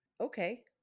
okay